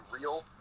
real